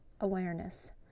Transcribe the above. awareness